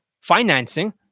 financing